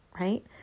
right